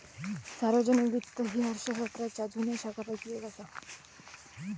सार्वजनिक वित्त ही अर्थशास्त्राच्या जुन्या शाखांपैकी येक असा